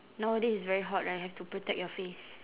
nowadays it's very hot right have to protect your face